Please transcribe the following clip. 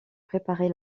préparer